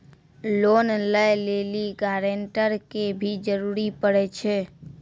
Loan लै लेली guarantor के भी जरूरी पड़ै छै?